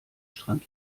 strand